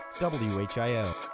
WHIO